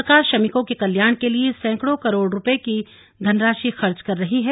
सरकार श्रमिकों के कल्याण के लिए सैकड़ों करोड़ की धनराशि खर्च कर रही है